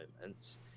moments